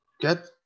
Get